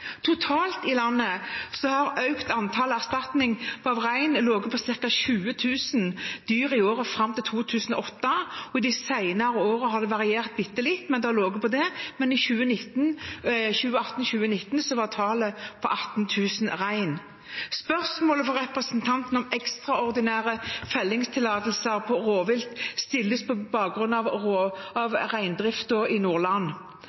dyr i året fram til 2008. I de senere årene har det variert bitte litt, men det har ligget der. I 2018–2019 var tallet 18 000 rein. Spørsmålet fra representanten om ekstraordinære fellingstillatelser for rovvilt stilles på bakgrunn av reindriften i Nordland.